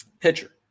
Pitcher